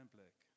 Black